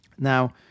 Now